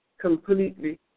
completely